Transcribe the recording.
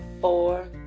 Four